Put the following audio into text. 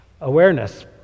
awareness